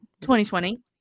2020